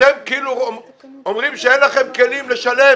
אתם אומרים שאין לכם כלים לשלם